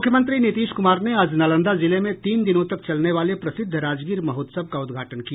मुख्यमंत्री नीतीश कुमार ने आज नालंदा जिले में तीन दिनों तक चलने वाले प्रसिद्ध राजगीर महोत्सव का उद्घाटन किया